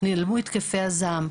נעלמו התקפי הזעם.